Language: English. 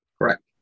Correct